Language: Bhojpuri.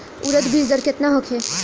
उरद बीज दर केतना होखे?